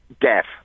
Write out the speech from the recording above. deaf